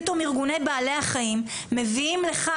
פתאום ארגוני בעלי החיים יביאו לך,